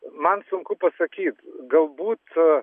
man sunku pasakyt galbūt